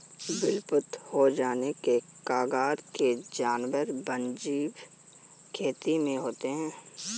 विलुप्त हो जाने की कगार के जानवर वन्यजीव खेती में होते हैं